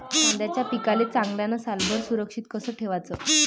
कांद्याच्या पिकाले चांगल्यानं सालभर सुरक्षित कस ठेवाचं?